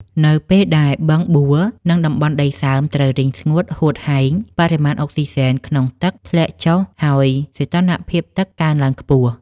នៅពេលដែលបឹងបួរ និងតំបន់ដីសើមត្រូវរីងស្ងួតហួតហែង បរិមាណអុកស៊ីសែនក្នុងទឹកធ្លាក់ចុះ ហើយសីតុណ្ហភាពទឹកកើនឡើងខ្ពស់។